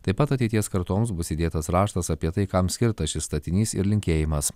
taip pat ateities kartoms bus įdėtas raštas apie tai kam skirtas šis statinys ir linkėjimas